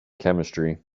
chemistry